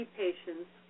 patients